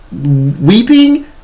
weeping